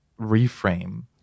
reframe